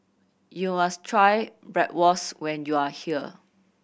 you must try Bratwurst when you are here